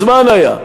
אה, מזמן היה.